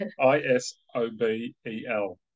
I-S-O-B-E-L